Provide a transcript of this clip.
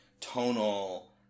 tonal